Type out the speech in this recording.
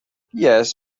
yes